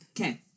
Okay